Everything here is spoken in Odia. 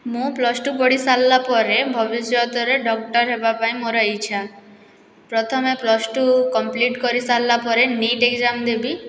ମୁଁ ପ୍ଲସ୍ ଟୁ ପଢ଼ିସାରିଲା ପରେ ଭବିଷ୍ୟତରେ ଡକ୍ଟର ହେବାପାଇଁ ମୋର ଇଚ୍ଛା ପ୍ରଥମେ ପ୍ଲସ୍ ଟୁ କମ୍ପ୍ଲିଟ୍ କରିସାରିଲା ପରେ ନିଟ୍ ଏକ୍ଜାମ ଦେବି